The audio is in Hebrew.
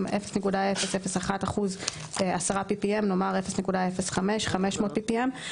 "0.001% (10 PPM)" נאמר "0.05% (500 PPM)";